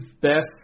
best